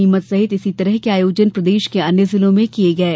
नीमच सहित इसी तरह के आयोजन प्रदेश के अन्य जिलों में किये गये